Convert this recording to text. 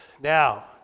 Now